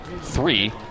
three